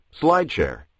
SlideShare